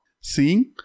Seeing